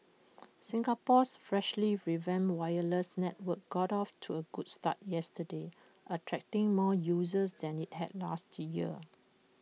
Singapore's freshly revamped wireless network got off to A good start yesterday attracting more users than IT had last year